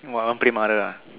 !wah! want play mother ah